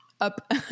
up